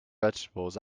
vegetables